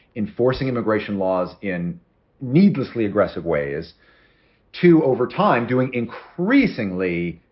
enforcing immigration laws in needlessly aggressive ways to over time, doing increasingly